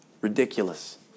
Ridiculous